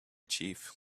chief